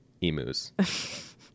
emus